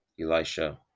elisha